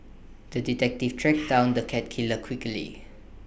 the detective tracked down the cat killer quickly